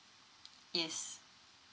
yes